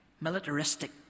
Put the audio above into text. militaristic